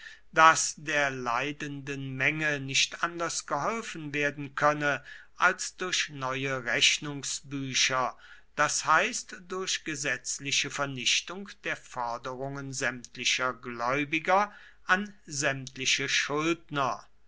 daß der leidenden menge nicht anders geholfen werden könne als durch neue rechnungsbücher das heißt durch gesetzliche vernichtung der forderungen sämtlicher gläubiger an sämtliche schuldner